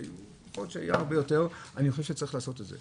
היו תקופות שהיה הרבה יותר ואני חושב שצריך לעשות את זה.